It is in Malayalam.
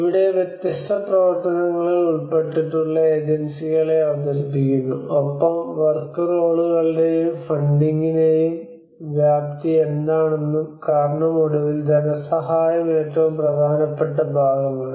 ഇവിടെ വ്യത്യസ്ത പ്രവർത്തനങ്ങളിൽ ഉൾപ്പെട്ടിട്ടുള്ള ഏജൻസികളെ അവതരിപ്പിക്കുന്നു ഒപ്പം വർക്ക് റോളുകളുടെയും ഫണ്ടിംഗിന്റെയും വ്യാപ്തി എന്താണെന്നും കാരണം ഒടുവിൽ ധനസഹായം ഏറ്റവും പ്രധാനപ്പെട്ട ഭാഗമാണ്